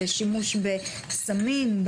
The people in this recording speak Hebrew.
בשימוש סמים,